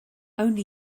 only